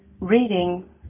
reading